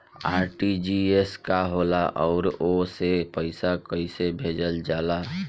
RTGS का होला आउरओ से पईसा कइसे भेजल जला?